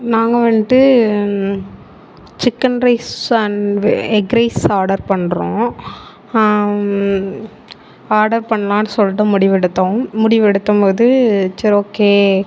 நாங்கள் வந்துட்டு chicken rice and egg rice order பண்ணுறோம் ஆர்டர் பண்ணலான்னு சொல்லிட்டு முடிவு எடுத்தோம் முடிவு எடுத்தபோது சரி ஓகே